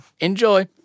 Enjoy